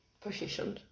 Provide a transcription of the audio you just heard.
position